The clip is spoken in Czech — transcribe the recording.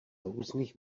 různých